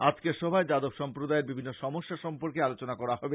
আজকের সভায় যাদব সম্প্রদায়ের বিভিন্ন সমস্যা সম্পর্কে আলোচনা করা হবে